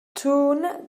tune